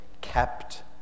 kept